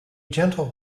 gentle